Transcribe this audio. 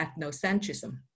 ethnocentrism